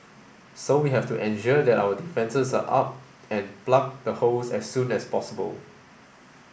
so we have to ensure that our defences are up and plug the holes as soon as possible